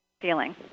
feeling